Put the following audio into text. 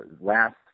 Last